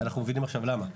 ואנחנו מבינים עכשיו למה.